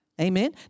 Amen